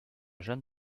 jane